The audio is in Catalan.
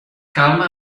calma